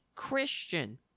christian